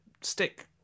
stick